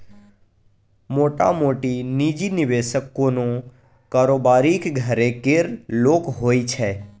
मोटामोटी निजी निबेशक कोनो कारोबारीक घरे केर लोक होइ छै